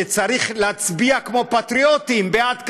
כשצריך להצביע כמו פטריוטים בעד כחול-לבן,